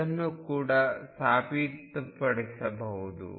ನೀವು ಕೂಡ ಇದನ್ನು ಸಾಬೀತುಪಡಿಸಬಹುದು